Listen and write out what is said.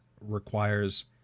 requires